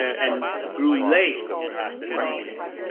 and grew late perhaps in nazi-ism.